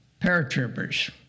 paratroopers